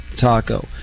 taco